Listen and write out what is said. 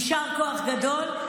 יישר כוח גדול.